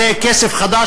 זה כסף חדש,